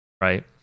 Right